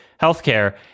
healthcare